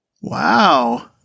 Wow